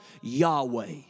Yahweh